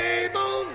able